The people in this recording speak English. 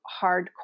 hardcore